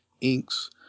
inks